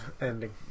ending